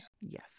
yes